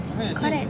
correct